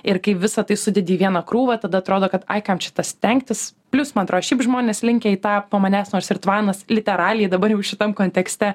ir kai visą tai sudedi į vieną krūvą tada atrodo kad ai kam čia tą stengtis plius man atrodo šiaip žmonės linkę į tą po manęs nors ir tvanas literalei dabar jau šitam kontekste